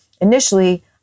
Initially